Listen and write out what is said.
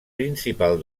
principal